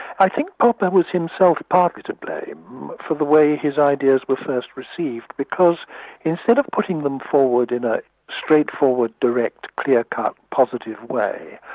i think popper was himself partly to blame for the way his ideas were first received, because instead of putting them forward in a straight-forward, direct, clear-cut, positive way,